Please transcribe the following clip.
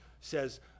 says